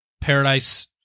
Paradise